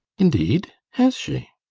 indeed! has she?